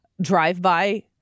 drive-by